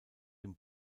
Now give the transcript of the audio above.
dem